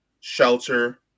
shelter